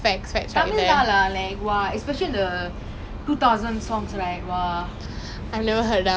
dey because I listen to it a lot and also I learn korean [what] so it's easy for me